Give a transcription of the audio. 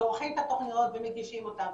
הם מכינים את התוכניות ומגישים אותן,